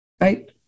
right